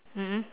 mm mm